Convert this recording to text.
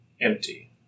empty